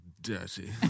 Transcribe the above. dirty